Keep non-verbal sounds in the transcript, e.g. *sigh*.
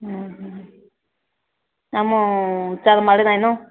ଉଁ ହୁଁ ଆମ *unintelligible*